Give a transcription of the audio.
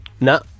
No